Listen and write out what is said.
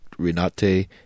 Renate